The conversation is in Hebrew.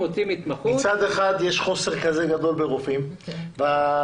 מצד אחד יש חוסר כזה גדול ברופאים והמתמחים